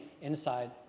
inside